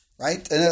Right